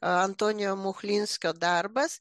antonijo muchlinskio darbas